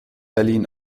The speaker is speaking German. berlin